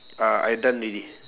ah I done already